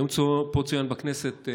היום צוין פה בכנסת,